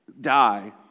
die